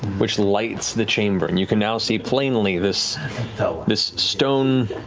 which lights the chamber. and you can now see plainly this this stone